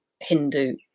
Hindu